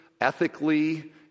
ethically